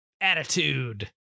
attitude